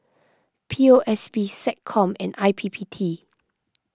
P O S B SecCom and I P P T